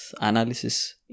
analysis